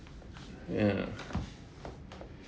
ya